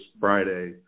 Friday